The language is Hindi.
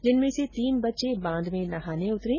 जिनमें से तीन बच्चे बांध में नहाने उतरे